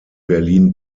berlin